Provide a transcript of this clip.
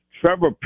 Trevor